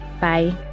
Bye